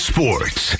Sports